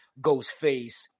Ghostface